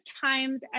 times